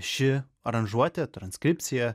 ši aranžuotė transkripcija